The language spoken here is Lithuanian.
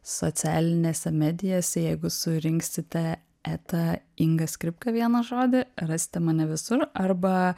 socialinėse medijose jeigu surinksite eta inga skripka vieną žodį rasite mane visur arba